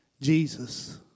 Jesus